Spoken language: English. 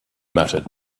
muttered